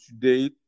today